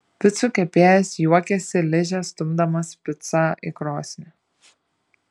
picų kepėjas juokiasi liže stumdamas picą į krosnį